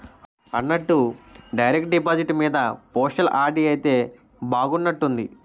అన్నట్టు direct deposit మీద postal RD అయితే బాగున్నట్టుంది